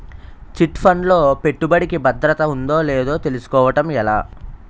Chit fund లో పెట్టుబడికి భద్రత ఉందో లేదో తెలుసుకోవటం ఎలా?